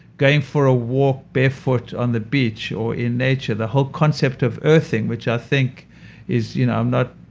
going for a walk barefoot on the beach or in nature. the whole concept of earthing which i think is. you know i'm not.